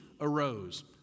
arose